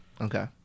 Okay